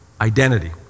Identity